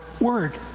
word